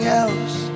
else